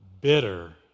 bitter